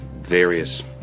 various